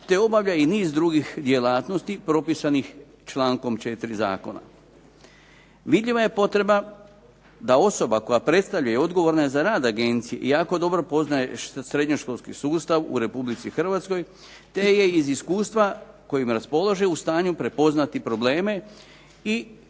te obavlja i niz drugih djelatnosti propisanih člankom 4. zakona. Vidljiva je potreba da osoba koja predstavlja i odgovorna je za rad agencija jako dobro poznaje srednjoškolski sustav u Republici Hrvatskoj te je iz iskustva kojim raspolaže u stanju prepoznati probleme i kvalitetne